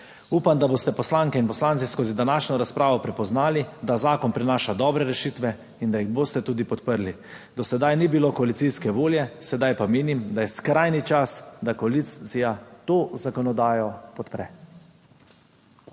Upam, da boste poslanke in poslanci skozi današnjo razpravo prepoznali, da zakon prinaša dobre rešitve in da jih boste tudi podprli. Do sedaj ni bilo koalicijske volje, sedaj pa menim, da je skrajni čas, da koalicija to zakonodajo podpre.